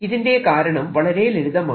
ഇതിന്റെ കാരണം വളരെ ലളിതമാണ്